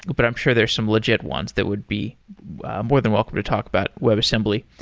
but i'm sure there're some legit ones that would be more than welcome to talk about webassembly.